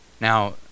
Now